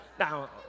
Now